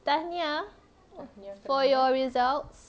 tahniah for your result